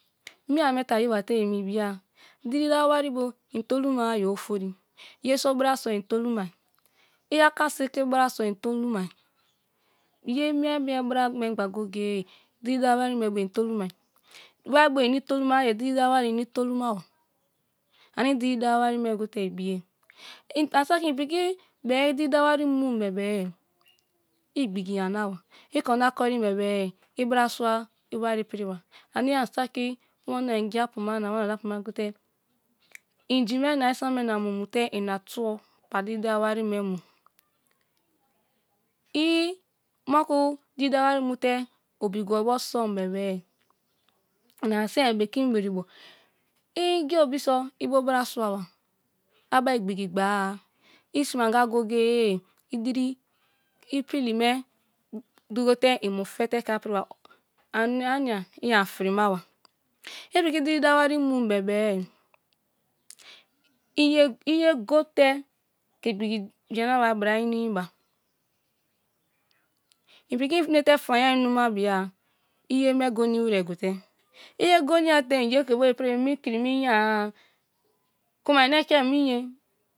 Mi yene me ta a yé wa te yéme bi-a, diri dawa bio in toluma-a ye ofori ye so b'ra so in tolumai, i aka siki ri bra so in tolumai ye mie mie b'ra goye goye diri dawa wari bio in tolumai, wari bio ini i toluma a ye diri dawa wari bio in ' i tolumaba anie diri dawa wari gote ibi ye. An'saki in piki bem i diri dawa wari mum bebe i igbigi yana ba i korinamkori bebe i brasua i wari p'riba anie an saka wamne igiapu ma na wamne dapu ma gote inji me na isam me na mumu te ina tubo pa diri dawa wari me mu i moku diri dawa wari mute obi gwo bō som bebe in an si-e bekin bere bo. Iinge obi-e i bo bra sua ba a bar igbigi obe-a. I sime anga goye goye i diri i pilli me dugo te in' mu fe te ke-a piriba anianaia i an frima a. I piki diri dawa wari num bebe i ye iye gote ke igbigi yana bar ' b'ra i nimi ba, in' piki ine te fanya i inoma bia i ye me go nimi wrer gote i ye go dia-a te in ye ke bo i p'rim mi kiri me inye-a kuma in, ekem inyé.